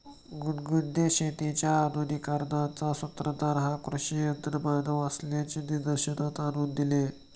गुनगुनने शेतीच्या आधुनिकीकरणाचा सूत्रधार हा कृषी यंत्रमानव असल्याचे निदर्शनास आणून दिले